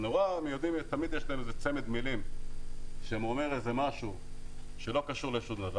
תמיד יש להם צמד מילים שאומר משהו שלא קשור לשום דבר,